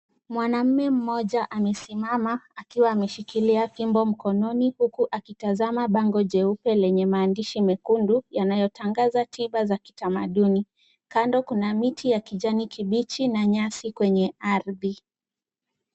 Mwanaume mmoja amesimama akiwa ameshikilia fimbo mkononi huku akitazama bango jeupe lenye maandishi mekundu yanayotangaza tiba za kitamaduni. Kando kuna miti ya kijani kibichi na nyasi kwenye ardhi.